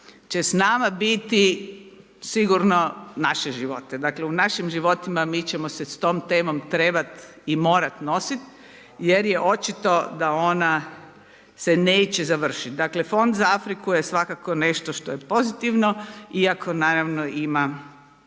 će s nama biti sigurno našeg života. Dakle, u našim životima mi ćemo se s tom temom trebat i morat nosit jer je očito da ona se neće završiti. Dakle, fond za Afriku je svakako nešto što je pozitivno iako naravno ima